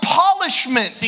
polishment